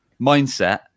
mindset